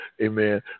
Amen